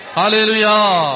Hallelujah